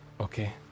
Okay